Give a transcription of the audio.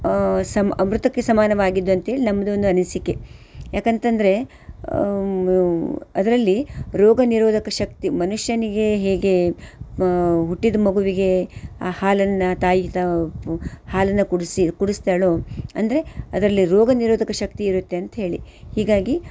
ಸಮ ಅಮೃತಕ್ಕೆ ಸಮಾನವಾಗಿದ್ದಂತೇಳಿ ನಮ್ದು ಒಂದು ಅನಿಸಿಕೆ ಯಾಕಂತಂದರೆ ಅದರಲ್ಲಿ ರೋಗ ನಿರೋಧಕ ಶಕ್ತಿ ಮನುಷ್ಯನಿಗೆ ಹೇಗೆ ಹುಟ್ಟಿದ ಮಗುವಿಗೆ ಆ ಹಾಲನ್ನು ತಾಯಿ ತಾ ಹಾಲನ್ನು ಕುಡಿಸಿ ಕುಡಿಸ್ತಾಳೋ ಅಂದರೆ ಅದರಲ್ಲಿ ರೋಗ ನಿರೋಧಕ ಶಕ್ತಿ ಇರುತ್ತೆ ಅಂತೇಳಿ ಹೀಗಾಗಿ